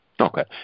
Okay